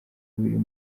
b’uyu